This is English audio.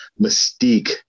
mystique